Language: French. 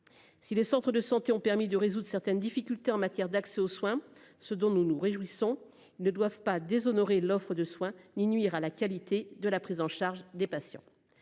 Si les centres de santé ont permis de résoudre certaines difficultés en matière d'accès aux soins, ce dont nous nous réjouissons ne doivent pas déshonoré l'offre de soins ni nuire à la qualité de la prise en charge des patients.